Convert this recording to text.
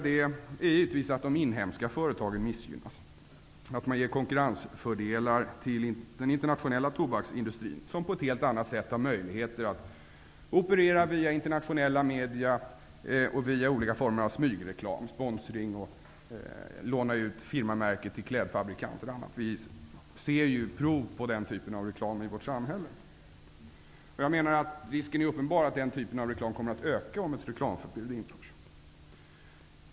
Det är givetvis att de inhemska företagen missgynnas, att man ger konkurrensfördelar till den internationella tobaksindustrin, som på ett helt annat sätt har möjligheter att operera via internationella medier och via olika former av smygreklam, sponsring, utlåning av firmamärket till exempelvis klädfabrikanter, osv. Vi ser ju prov på den typen av reklam i vårt samhälle. Jag menar att risken är uppenbar att den typen av reklam kommer att öka om ett reklamförbud införs.